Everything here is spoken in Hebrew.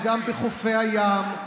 וגם בחופי הים,